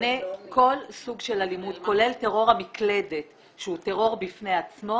ונגנה כל סוג של אלימות כולל טרור המקלדת שהוא טרור בפני עצמו,